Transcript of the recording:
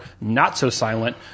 not-so-silent